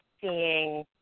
seeing